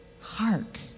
hark